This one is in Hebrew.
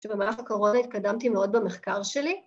‫שבמהלך הקורונה ‫התקדמתי מאוד במחקר שלי.